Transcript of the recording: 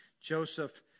Joseph